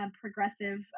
progressive